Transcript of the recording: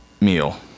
meal